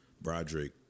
Broderick